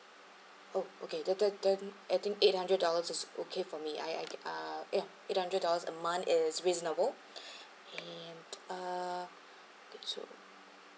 oh okay that that then I think eight hundred dollars is okay for me I I uh eight eight hundred dollars a month is reasonable and uh okay so